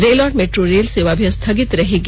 rail और metro rail सेवा भी स्थगित रहेगी